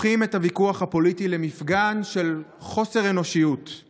הופכים "את הוויכוח הפוליטי למפגן של חוסר אנושיות";